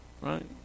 Right